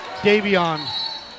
Davion